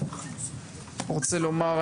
אני רוצה לומר,